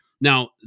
Now